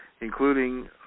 including